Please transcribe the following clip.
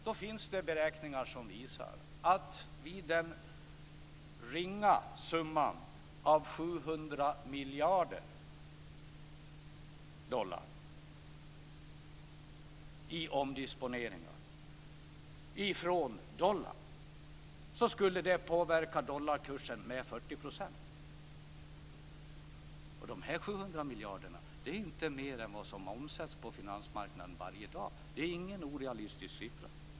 Det finns beräkningar som visar att detta vid den ringa summan 700 miljarder dollar i omdisponeringar från dollarn skulle påverka dollarkursen med 40 %. De 700 miljarderna är inte mer än vad som varje dag omsätts på finansmarknaden, så det är ingen orealistisk siffra.